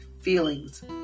feelings